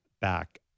back